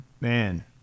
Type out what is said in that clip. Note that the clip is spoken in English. Man